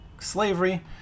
slavery